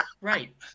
Right